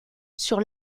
sur